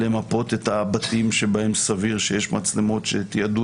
למפות את הבתים שבהם סביר שיש מצלמות שתיעדו